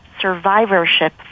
survivorship